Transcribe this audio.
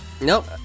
nope